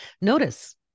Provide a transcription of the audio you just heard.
notice